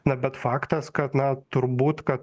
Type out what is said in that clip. na bet faktas kad na turbūt kad